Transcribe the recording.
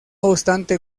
obstante